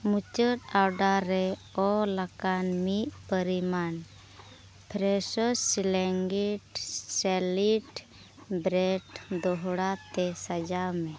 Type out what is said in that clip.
ᱢᱩᱪᱟᱹᱫ ᱚᱨᱰᱟᱨ ᱨᱮ ᱚᱞ ᱟᱠᱟᱱ ᱢᱤᱫ ᱯᱚᱨᱤᱢᱟᱱ ᱯᱷᱨᱮᱥᱳ ᱥᱤᱜᱽᱱᱮᱪᱟᱨ ᱥᱞᱟᱭᱤᱥᱰ ᱵᱨᱮᱹᱰ ᱫᱚᱦᱲᱟᱛᱮ ᱥᱟᱡᱟᱣᱢᱮ